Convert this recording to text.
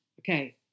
Okay